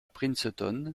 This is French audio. princeton